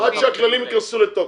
עד שהכללים ייכנסו לתוקף.